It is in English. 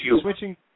switching